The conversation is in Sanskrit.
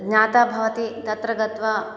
ज्ञातः भवति तत्र गत्वा